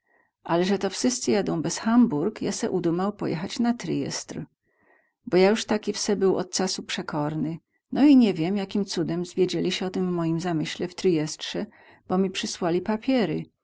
ale ze to wsyscy jadą bez hamburg ja se udumał pojechać na tryjestr bo ja juz taki wse był od casu przekorny no i nie wiem jakim cudem zwiedzieli sie o tym moim zamyśle w tryjestrze bo mi przysłali papiery